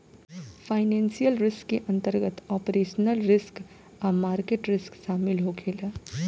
financial risk के अंतर्गत operational risk आ मार्केट रिस्क शामिल होखे ला